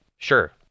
Sure